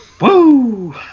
Woo